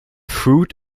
fruit